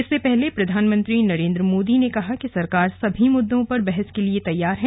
इससे पहले प्रधानमंत्री नरेन्द्र मोदी ने कहा कि सरकार सभी मुद्दों पर बहस के लिए तैयार है